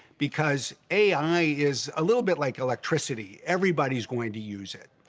because a i. is a little bit like electricity. everybody's going to use it.